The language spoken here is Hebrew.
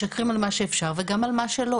משקרים על מה שאפשר וגם על מה שלא,